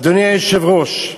אדוני היושב-ראש,